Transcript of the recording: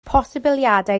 posibiliadau